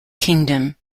kingdom